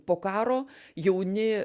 po karo jauni